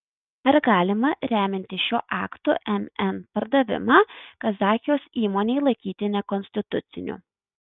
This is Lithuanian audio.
ar galima remiantis šiuo aktu mn pardavimą kazachijos įmonei laikyti nekonstituciniu